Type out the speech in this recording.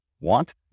want